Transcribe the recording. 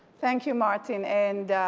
thank you martin and